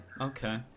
Okay